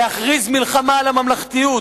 להכריז מלחמה על הממלכתיות